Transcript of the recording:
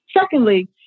Secondly